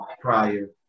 prior